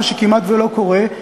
מה שכמעט שלא קורה.